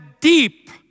deep